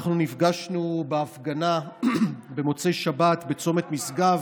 אנחנו נפגשנו בהפגנה במוצאי שבת בצומת משגב,